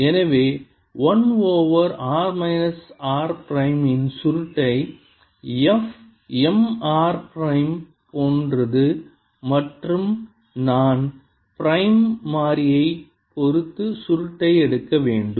எனவே 1 over r minus r prime இன் சுருட்டை f M r பிரைம் போன்றது மற்றும் நான் பிரைம் மாறியைப் பொறுத்து சுருட்டை எடுக்க வேண்டும்